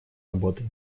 работой